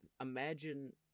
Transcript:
imagine